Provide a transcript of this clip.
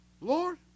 Lord